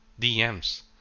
dms